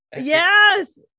yes